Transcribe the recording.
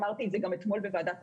אמרתי את זה גם אתמול בוועדת החוקה.